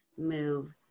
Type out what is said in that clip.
move